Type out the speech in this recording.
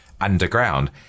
underground